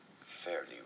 fairly